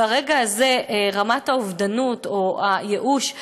ברגע הזה רמת האובדנות או הייאוש יורדת,